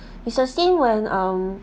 it's the same when um